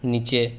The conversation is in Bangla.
নিচে